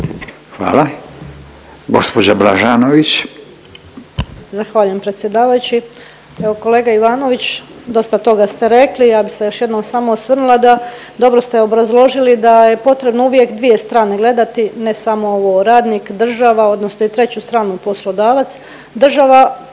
Hvala. Gđa. Blažanović.